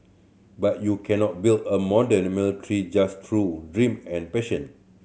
but you cannot build a modern military just through dream and passion